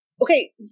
Okay